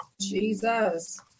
Jesus